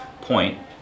point